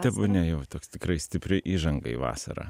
tebūnie jau toks tikrai stipri įžanga į vasarą